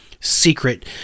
secret